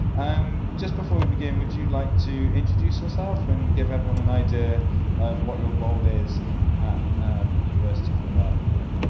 um just before we begin, would you like to introduce yourself and give everyone an idea of what your role is at university of nevada, reno?